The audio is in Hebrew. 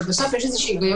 אבל בסוף יש היגיון.